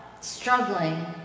struggling